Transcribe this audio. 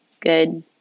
good